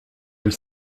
elle